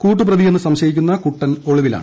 കൂട്ട് പ്രതിയെന്ന് സംശയിക്കുന്ന കുട്ടൻ ഒളിവിലാണ്